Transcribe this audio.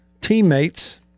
teammates